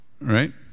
Right